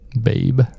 Babe